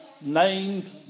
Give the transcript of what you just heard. named